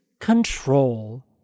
control